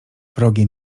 wrogie